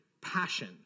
passion